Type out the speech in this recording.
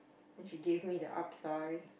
then she gave me the upsize